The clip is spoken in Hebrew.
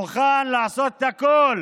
מוכן לעשות הכול